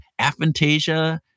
Aphantasia